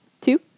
Two